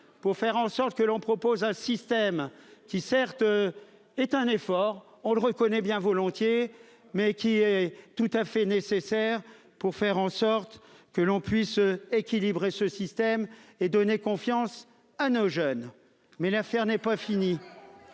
pour faire en sorte que l'on propose un système qui certes. Est un effort on le reconnaît bien volontiers mais qui est tout à fait nécessaire pour faire en sorte que l'on puisse équilibrer ce système et donner confiance à nos jeunes. Mais l'affaire n'est pas fini.